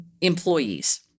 employees